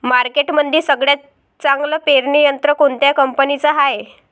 मार्केटमंदी सगळ्यात चांगलं पेरणी यंत्र कोनत्या कंपनीचं हाये?